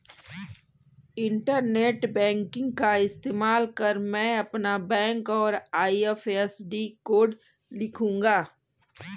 internet banking का इस्तेमाल कर मैं अपना बैंक और आई.एफ.एस.सी कोड लिखूंगा